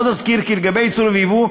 עוד אזכיר כי לגבי ייצור וייבוא,